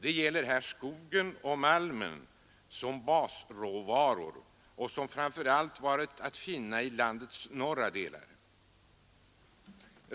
Det gäller här sådana basråvaror som skogen och malmen, vilka framför allt finns i landets norra delar.